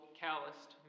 calloused